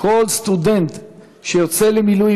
להכליל בהסדרי הרב-קו את מוניות